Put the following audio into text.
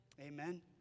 Amen